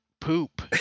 poop